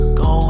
go